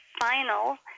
final